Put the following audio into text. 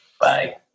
Bye